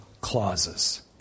clauses